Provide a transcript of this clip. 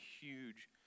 huge